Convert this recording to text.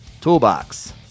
toolbox